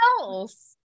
else